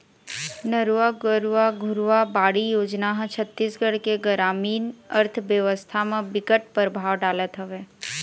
नरूवा, गरूवा, घुरूवा, बाड़ी योजना ह छत्तीसगढ़ के गरामीन अर्थबेवस्था म बिकट परभाव डालत हवय